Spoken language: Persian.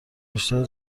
بیشتری